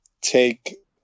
take